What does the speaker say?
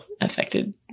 affected